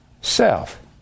Self